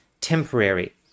temporary